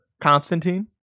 Constantine